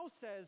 says